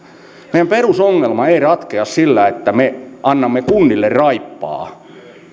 meidän perusongelmamme ei ratkea sillä että me annamme kunnille raippaa